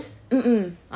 mmhmm